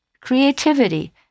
creativity